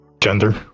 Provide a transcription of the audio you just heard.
Gender